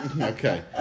okay